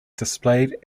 displayed